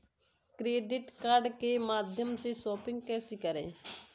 Credit card के माध्यम से शॉपिंग कैसे करें?